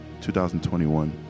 2021